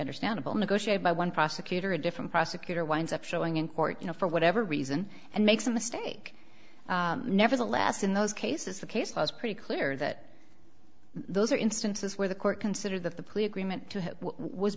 understandable negotiated by one prosecutor a different prosecutor winds up showing in court you know for whatever reason and makes a mistake nevertheless in those cases the case law is pretty clear that those are instances where the court considered that the police agreement to